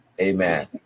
Amen